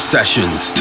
Sessions